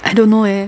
I don't know eh